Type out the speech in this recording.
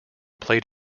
played